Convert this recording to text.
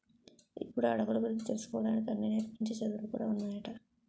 ఇప్పుడు అడవుల గురించి తెలుసుకోడానికి అన్నీ నేర్పించే చదువులు కూడా ఉన్నాయట